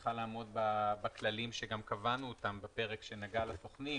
צריכה לעמוד בכללים שקבענו אותם בפרק שנגע לסוכנים.